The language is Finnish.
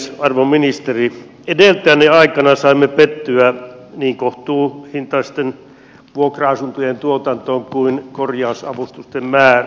arvon ministeri edeltäjänne aikana saimme pettyä niin kohtuuhintaisten vuokra asuntojen tuotantoon kuin korjausavustusten määrään